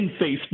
Facebook